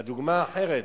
יש דוגמה אחרת,